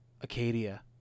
Acadia